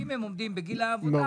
אם הם עומדים בגיל העבודה